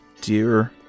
Dear